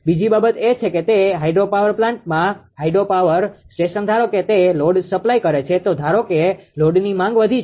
બીજી બાબત એ છે કે તે હાઇડ્રોપાવર પ્લાન્ટ માટે હાઇડ્રોપાવર સ્ટેશન ધારો કે તે લોડ સપ્લાય કરે છે ધારો કે લોડની માંગ વધી છે